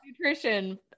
nutrition